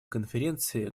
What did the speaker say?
конференции